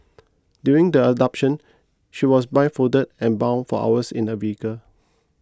during the abduction she was blindfolded and bound for hours in a vehicle